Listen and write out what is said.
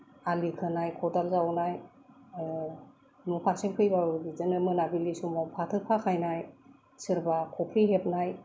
आलि खोनाय खदाल जावनाय न'फारसे फैब्लाबो बिदिनो मोनाबिलि समाव फाथो फाखायनाय सोरबा खफ्रि हेबनाय